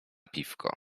piwko